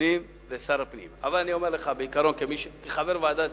הפנים ושר הפנים, אבל אני אומר לך, כחבר בוועדת